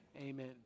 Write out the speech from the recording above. Amen